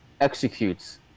executes